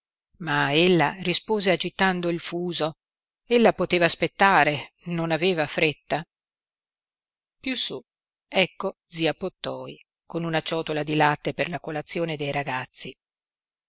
ma ella rispose agitando il fuso ella poteva aspettare non aveva fretta piú su ecco zia pottoi con una ciotola di latte per la colazione dei ragazzi